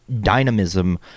dynamism